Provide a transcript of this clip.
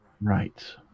Right